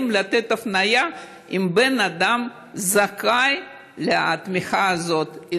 לתת הפניה אם אדם זכאי לתמיכה הזאת.